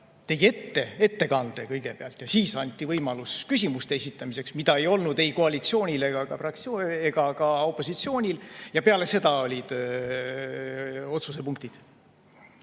tegi ettekande ja siis anti võimalus küsimuste esitamiseks, mida ei olnud ei koalitsioonil ega ka opositsioonil. Ja peale seda olid otsusepunktid.